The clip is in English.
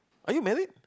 are you married